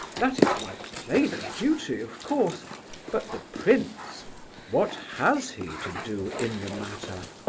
that is my plain duty, of course but the prince what has he to do in the matter?